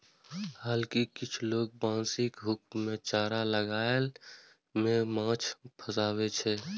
हालांकि किछु लोग बंशीक हुक मे चारा लगाय कें माछ फंसाबै छै